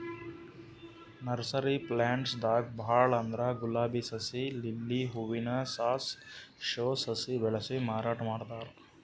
nursery plants ದಾಗ್ ಭಾಳ್ ಅಂದ್ರ ಗುಲಾಬಿ ಸಸಿ, ಲಿಲ್ಲಿ ಹೂವಿನ ಸಾಸ್, ಶೋ ಸಸಿ ಬೆಳಸಿ ಮಾರಾಟ್ ಮಾಡ್ತಾರ್